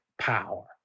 power